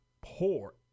poor